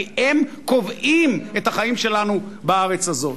כי הם קובעים את החיים שלנו בארץ הזאת.